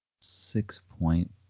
six-point